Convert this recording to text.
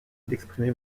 d’exprimer